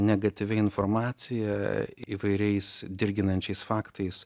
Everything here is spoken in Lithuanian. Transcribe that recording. negatyvia informacija įvairiais dirginančiais faktais